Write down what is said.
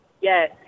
Yes